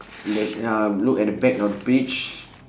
uh look at the back of the page